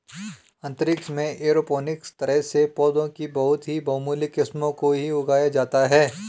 अंतरिक्ष में एरोपोनिक्स तरह से पौधों की बहुत ही बहुमूल्य किस्मों को ही उगाया जाता है